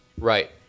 Right